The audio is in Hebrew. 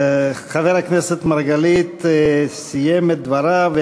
חבר הכנסת מרגלית סיים את דבריו.